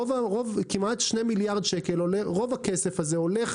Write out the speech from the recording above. ורוב הכסף הזה,